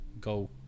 go